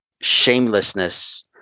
shamelessness